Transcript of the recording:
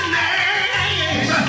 name